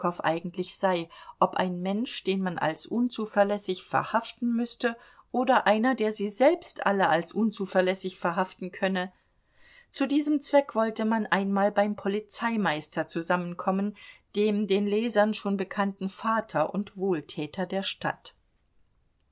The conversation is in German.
eigentlich sei ob ein mensch den man als unzuverlässig verhaften müßte oder einer der sie selbst alle als unzuverlässig verhaften könne zu diesem zweck wollte man einmal beim polizeimeister zusammenkommen dem den lesern schon bekannten vater und wohltäter der stadt